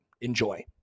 Enjoy